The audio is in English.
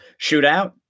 Shootout